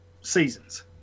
seasons